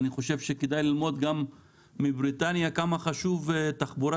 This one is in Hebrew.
אני חושב שכדאי ללמוד גם מבריטניה כמה חשובה תחבורה